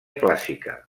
clàssica